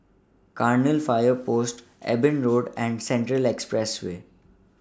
Cairnhill Fire Post Eben Road and Central Expressway